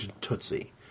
Tootsie